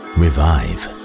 revive